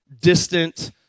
distant